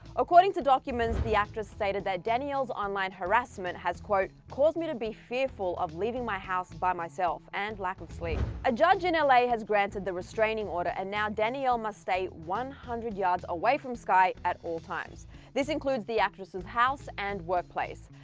according to documents the actress stated that danielle's online harassment has quote, caused me to be fearful of leaving my house by myself, and lack of sleep. a judge in and la has granted the restraining order and now danielle must stay one hundred yards away from skai at all times this includes the actress's house and workplace.